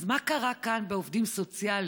אז מה קרה כאן עם העובדים הסוציאליים,